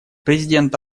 президент